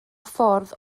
ffordd